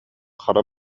хара